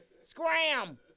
Scram